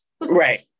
right